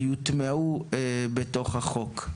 שיוטמעו בתוך החוק.